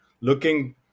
looking